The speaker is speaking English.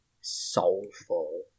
soulful